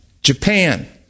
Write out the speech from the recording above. Japan